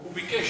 הוא ביקש.